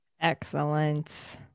Excellent